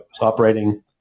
operating